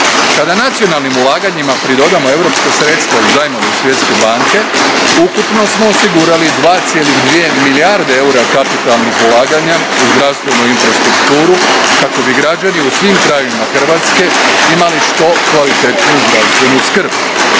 Kada nacionalnim ulaganjima pridodamo europska sredstva i zajmove Svjetske banke, ukupno smo osigurali 2,2 milijarde eura kapitalnih ulaganja u zdravstvenu infrastrukturu kako bi građani u svim krajevima Hrvatske imali što kvalitetniju zdravstvenu skrb.